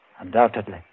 Undoubtedly